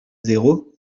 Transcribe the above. zéro